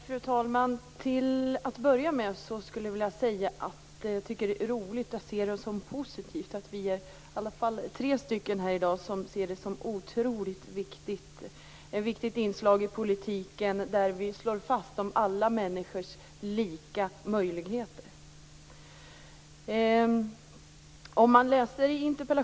Fru talman! Till att börja med vill jag säga att jag tycker att det är roligt och positivt att vi i alla fall är tre stycken här i dag som ser det som ett otroligt viktigt inslag i politiken att slå fast alla människors lika möjligheter.